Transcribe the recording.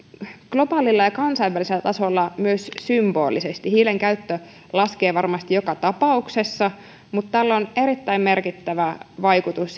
globaalilla kansainvälisellä tasolla myös symbolisesti hiilen käyttö laskee varmasti joka tapauksessa mutta tällä on erittäin merkittävä vaikutus